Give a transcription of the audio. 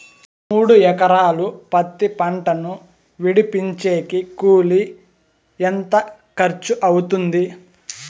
మూడు ఎకరాలు పత్తి పంటను విడిపించేకి కూలి ఎంత ఖర్చు అవుతుంది?